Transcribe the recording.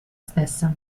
stessa